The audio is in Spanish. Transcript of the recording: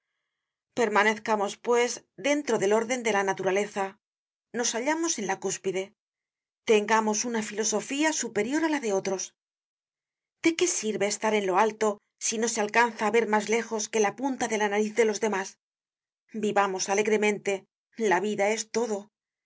lobo permanezcamos pues dentro del órden de la naturaleza nos hallamos en la cúspide tengamos una filosofía superior á la de otros de qué sirve estar en lo alto si no se alcanza á ver mas lejos que la punta de la nariz de los demás vivamos alegremente la vida es todo que